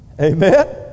Amen